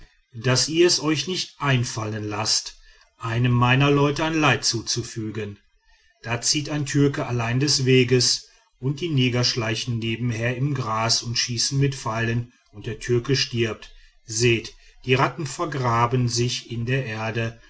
daß ihr es euch nicht einfallen lasset einem meiner leute ein leid zuzufügen da zieht ein türke allein des wegs und die neger schleichen nebenher im gras und schießen mit pfeilen und der türke stirbt seht die ratten vergraben sich in der erde